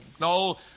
No